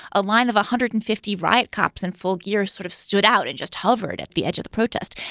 a line of one hundred and fifty riot cops in full gear sort of stood out and just hovered at the edge of the protest.